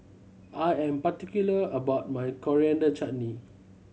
I am particular about my Coriander Chutney